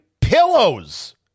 pillows